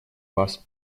вас